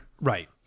right